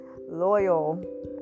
loyal